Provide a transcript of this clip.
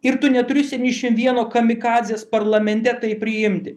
ir tu neturi septyniasdešimt vieno kamikadzės parlamente tai priimti